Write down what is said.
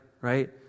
Right